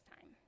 time